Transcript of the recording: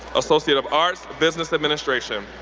associate of arts, business administration.